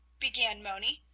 began moni.